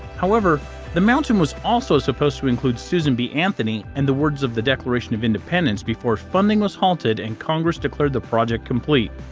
however the mountain was also supposed to include susan b anthony, and the words of the declaration of independence before funding was halted and congress declared the project complete.